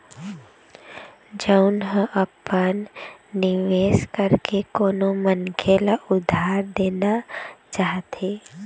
जउन ह अपन निवेश करके कोनो मनखे ल उधार देना चाहथे